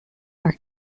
are